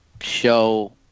show